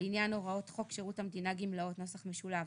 לעניין הוראות חוק שירות המדינה (גמלאות) (נוסח משולב),